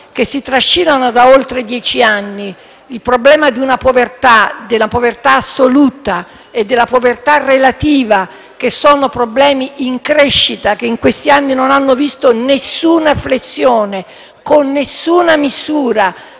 che si trascinano da oltre dieci anni: il problema della povertà assoluta e quello della povertà relativa, che sono in crescita e in questi anni non hanno visto alcuna flessione, con nessuna misura,